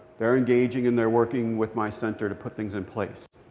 they're engaging, and they're working with my center to put things in place.